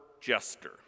Jester